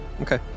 Okay